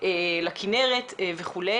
כפי